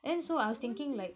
and so I was thinking like